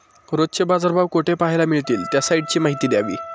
रोजचे बाजारभाव कोठे पहायला मिळतील? त्या साईटची माहिती द्यावी